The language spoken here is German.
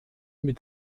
mit